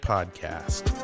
Podcast